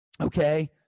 Okay